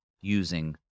using